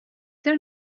there